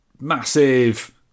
massive